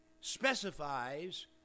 specifies